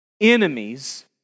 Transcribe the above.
enemies